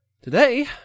Today